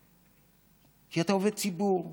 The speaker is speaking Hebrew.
כי אתה עובד ציבור,